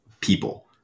people